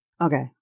Okay